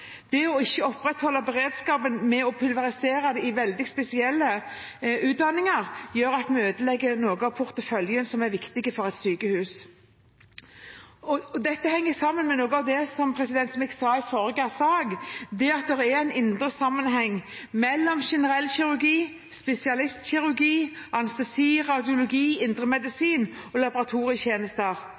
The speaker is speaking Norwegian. Det å ikke opprettholde beredskapen ved å pulverisere de veldig spesielle utdanningene, gjør at vi ødelegger noe av porteføljen som er viktig for et sykehus. Dette henger sammen med noe av det jeg sa i forrige sak, det at det er en indre sammenheng mellom generell kirurgi, spesialistkirurgi, anestesi, radiologi, indremedisin og laboratorietjenester.